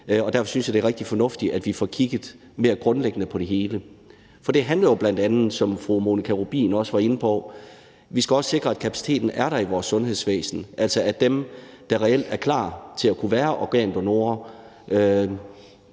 derfor synes jeg, det er rigtig fornuftigt, at vi får kigget mere grundlæggende på det hele. For det handler jo bl.a. om, som fru Monika Rubin også var inde på, at vi også skal sikre, at kapaciteten i vores sundhedsvæsen er der, altså at dem, der reelt er klar til at være organdonorer,